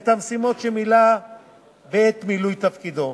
ואת המשימות שמילא בעת מילוי תפקידו,